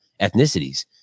ethnicities